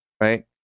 right